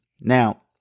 Now